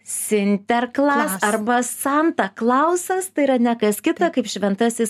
sinterklas arba santa klausas tai yra ne kas kita kaip šventasis